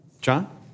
John